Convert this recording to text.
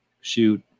shoot